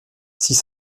six